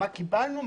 מה קיבלנו ,